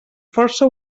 força